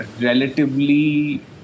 relatively